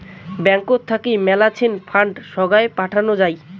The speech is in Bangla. ব্যাঙ্কত থাকি মেলাছেন ফান্ড সোগায় পাঠানো যাই